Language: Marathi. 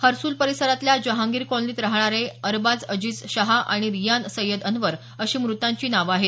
हर्सुल परिसरातल्या जहाँगीर कॉलनीत राहणारे अरबाज अजीज शहा आणि रियान सय्यद अनवर अशी मृतांची नावं आहेत